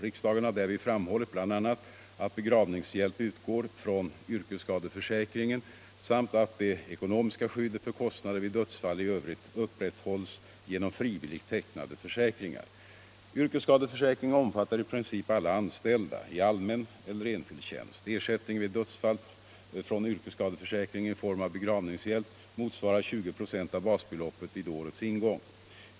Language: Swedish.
Riksdagen har därvid framhållit bl.a. att begravningshjälp utgår från yrkesskadeförsäkringen samt att det ekonomiska skyddet för kostnader vid dödsfall i övrigt upprätthålls genom frivilligt tecknade försäkringar. Yrkesskadeförsäkringen omfattar i princip alla anställda i allmän eller enskild tjänst. Ersättningen vid dödsfall från yrkesskadeförsäkringen i form av begravningshjälp motsvarar 20 26 av basbeloppet vid årets ingång.